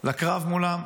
לקרב מולם.